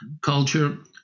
culture